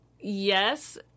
yes